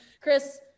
Chris